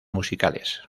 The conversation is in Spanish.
musicales